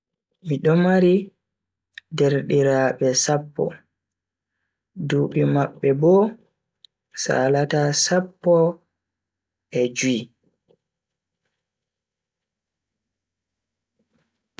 Mido mari derdiraabe sappo, dubi mabbe bo salata sappo e jui.